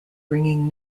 bringing